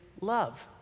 love